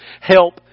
Help